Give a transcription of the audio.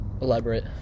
Elaborate